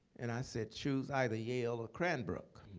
and i said, choose either yale or cranbrook.